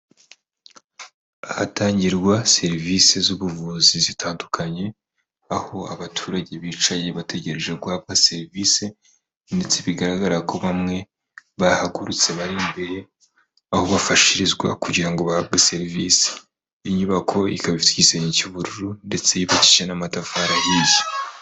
Ahatangirwa serivisi z'ubuvuzi zitandukanye, aho abaturage bicaye bategereje guhabwa serivisi ndetse bigaragara ko bamwe bahagurutse bari imbere, aho bafashirizwa kugira ngo bahabwe serivisi. Inyubako ikaba ifite igisenge cy'ubururu ndetse yubakishije n'amatafari ahiye.